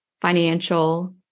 financial